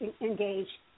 engage